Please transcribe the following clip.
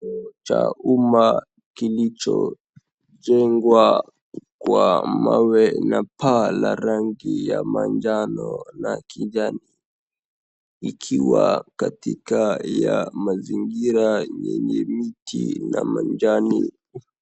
Kituo cha umaa kilichojengwa kwa mawe na paa la rangi ya manjano na kijani ikiwa katika ya mazingira yenye miti na manjani.